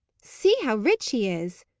see how rich he is!